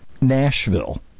Nashville